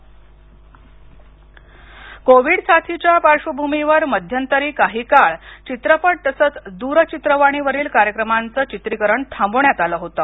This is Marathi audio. जावडेकर दिशानिर्देश पूल कोविड साथीच्या पार्श्र्वभूमीवर मध्यंतरी काही काळ चित्रपट तसंच दूरचित्रवाणीवरील कार्यक्रमांचं चित्रीकरण थांबवण्यात आलं होतं